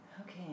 Okay